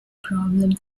problem